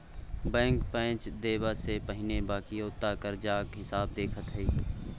bank पैंच देबा सँ पहिने बकिऔता करजाक हिसाब देखैत छै